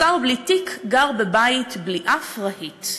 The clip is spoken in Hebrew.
השר בלי תיק גר בבית בלי אף רהיט,